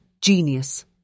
Genius